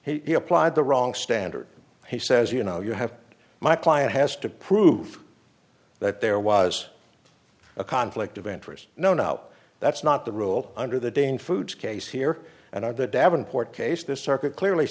if he applied the wrong standard he says you know you have to my client has to prove that there was a conflict of interest no no that's not the rule under the dane food case here and on the davenport case this circuit clearly